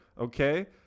Okay